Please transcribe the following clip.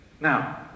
Now